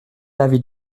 l’avis